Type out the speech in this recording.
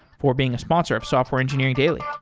for being a sponsor of software engineering daily yeah